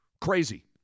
Crazy